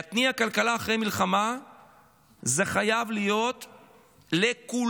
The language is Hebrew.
להתניע כלכלה אחרי מלחמה זה חייב להיות לכולם,